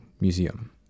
museum